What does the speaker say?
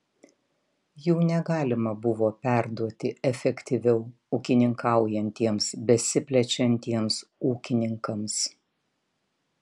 jų negalima buvo perduoti efektyviau ūkininkaujantiems besiplečiantiems ūkininkams